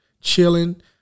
chilling